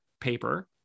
paper